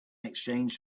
exchanged